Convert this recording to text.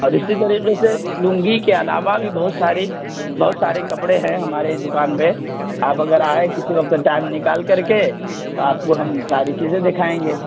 اور اسی طریقے سے لنگی کے علاوہ بھی بہت ساری بہت سارے کپڑے ہیں ہمارے دکان پہ آپ اگر آئے کسی وقت ٹائم نکال کر کے آپ کو ہم ساری چیزیں دکھائیں گے